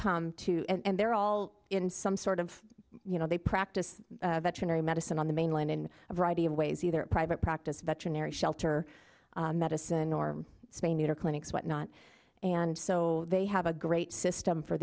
come to and they're all in some sort of you know they practice veterinary medicine on the mainland in a variety of ways either private practice veterinary shelter medicine or spay neuter clinics whatnot and so they have a great system for